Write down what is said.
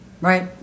right